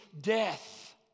death